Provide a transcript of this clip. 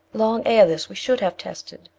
long ere this we should have tested,